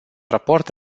raport